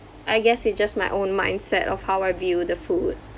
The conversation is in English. I guess it just my own mindset of how I view the food